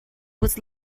was